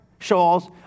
shawls